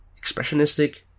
expressionistic